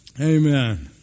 Amen